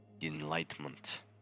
Enlightenment